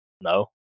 no